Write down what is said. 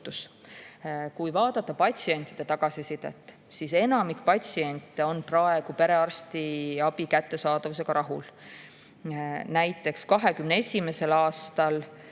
Kui vaadata patsientide tagasisidet, siis [näeb], et enamik patsiente on praegu perearstiabi kättesaadavusega rahul. Näiteks, 2021. aastal